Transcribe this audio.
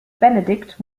benedikt